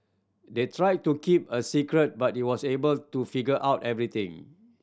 they tried to keep it a secret but he was able to figure out everything